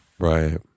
right